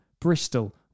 Bristol